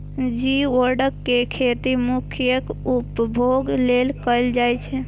geoduck के खेती मनुक्खक उपभोग लेल कैल जाइ छै